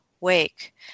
wake